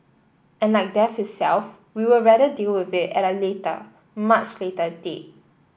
and like death itself we would rather deal with it at a later much later date